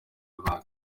runaka